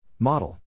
Model